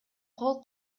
кол